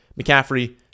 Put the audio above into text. McCaffrey